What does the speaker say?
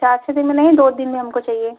सात छः दिन में नहीं हमको दो दिन में हमको चाहिए